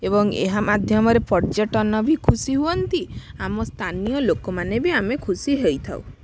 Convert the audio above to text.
ଏବଂ ଏହା ମାଧ୍ୟମରେ ପର୍ଯ୍ୟଟନ ବି ଖୁସି ହୁଅନ୍ତି ଆମ ସ୍ଥାନୀୟ ଲୋକମାନେ ବି ଆମେ ଖୁସି ହେଇଥାଉ